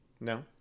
No